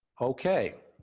okay.